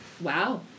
Wow